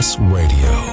Radio